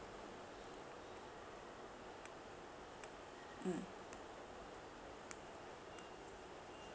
mm